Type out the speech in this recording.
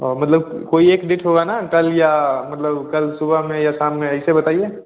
ओ मतलब कोई एक डेट होगा न कल या मतलब कल सुबह में या शाम में ऐसे बताइए